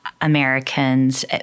Americans